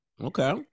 Okay